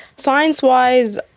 science-wise,